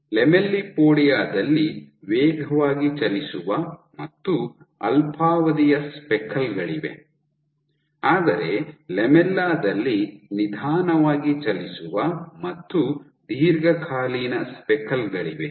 lamellipodia ದಲ್ಲಿ ವೇಗವಾಗಿ ಚಲಿಸುವ ಮತ್ತು ಅಲ್ಪಾವಧಿಯ ಸ್ಪೆಕಲ್ ಗಳಿವೆ ಆದರೆ ಲ್ಯಾಮೆಲ್ಲಾ ದಲ್ಲಿ ನಿಧಾನವಾಗಿ ಚಲಿಸುವ ಮತ್ತು ದೀರ್ಘಕಾಲೀನ ಸ್ಪೆಕಲ್ ಗಳಿವೆ